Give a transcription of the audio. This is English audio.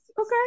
Okay